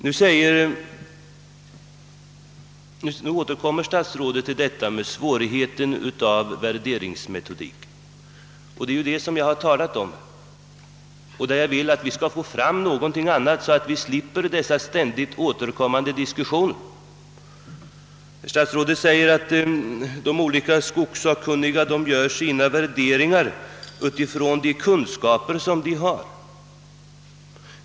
Statsrådet återkommer till svårigheterna i samband med värderingsmetodiken, och det är ju det som jag har talat om. Där vill jag att vi skall få fram något annat så att vi slipper dessa ständigt återkommande diskussioner. Statsrådet säger att de olika skogssakkunniga gör sina värderingar utifrån de kunskaper som de har.